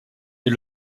est